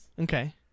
Okay